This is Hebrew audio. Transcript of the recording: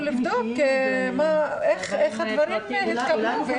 לבדוק איך הדברים התקבלו.